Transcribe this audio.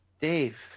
Dave